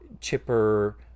chipper